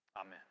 amen